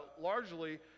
largely